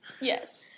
Yes